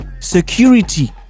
security